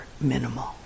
minimal